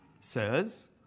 says